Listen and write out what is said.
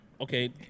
Okay